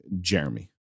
Jeremy